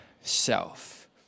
self